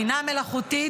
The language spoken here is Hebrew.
בינה מלאכותית,